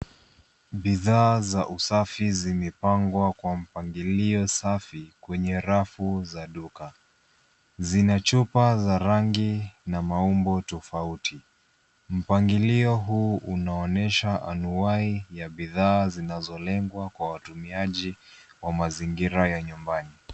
Bidhaa za usafi zimepangwa kwa mpangilio safi kwenye rafu za duka. Zinachupa za rangi na maumbo tofauti. Mpangilio huu unaonesha anuwai ya bidhaa zinazolengwa kwa watumiaji wamazingira ya nyumbani.